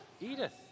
Edith